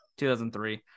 2003